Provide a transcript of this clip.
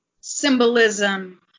symbolism